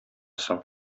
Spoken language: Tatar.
соң